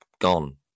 gone